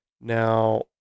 Now